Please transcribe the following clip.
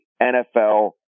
NFL